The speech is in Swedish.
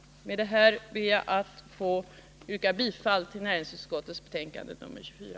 Med det anförda ber jag att få yrka bifall till näringsutskottets hemställan i dess betänkande nr 24.